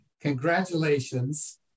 Congratulations